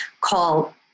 call